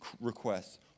requests